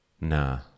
nah